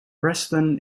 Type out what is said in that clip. preston